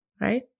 right